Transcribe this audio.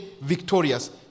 victorious